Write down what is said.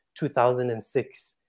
2006